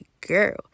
girl